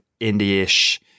indie-ish